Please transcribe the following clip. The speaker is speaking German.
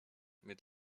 mit